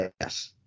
Yes